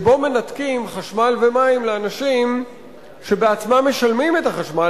שבו מנתקים חשמל ומים לאנשים שבעצמם משלמים את החשמל